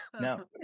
no